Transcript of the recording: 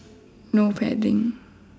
no pedalling